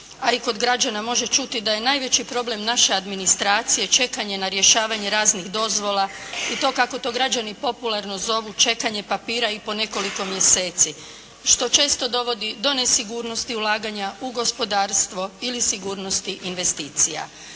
a i kod građana može čuti da je najveći problem naše administracije čekanje na rješavanje raznih dozvola i to kako to građani popularno zovu čekanje papira i po nekoliko mjeseci. Što često dovodi do nesigurnosti ulaganja u gospodarstvo ili sigurnosti investicija.